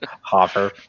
Hoffer